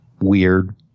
weird